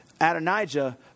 Adonijah